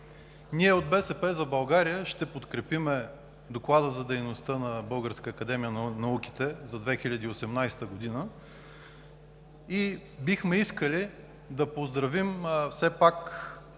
Ние от „БСП за България“ ще подкрепим Доклада за дейността на Българската академия на науките за 2018 г. и бихме искали да поздравим във Ваше